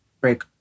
break